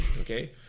okay